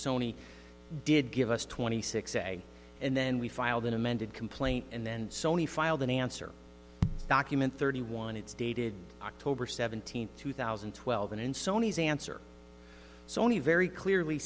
sony did give us twenty six a and then we filed an amended complaint and then sony filed an answer document thirty one it's dated october seventeenth two thousand and twelve and in sony's answer sony very clearly